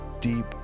deep